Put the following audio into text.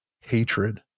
hatred